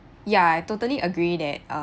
ya I totally agree that